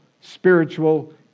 spiritual